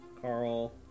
Carl